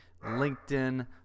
LinkedIn